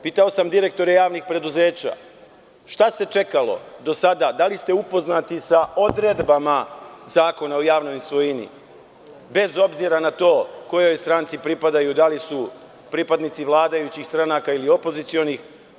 Pitao sam direktore javnih preduzeća – šta se čekalo do sada, da li ste upoznati sa odredbama Zakona o javnoj svojini, bez obzira na to kojoj stranci pripadaju, da li su pripadnici vladajućih stranaka ili opozicionih.